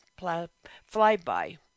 flyby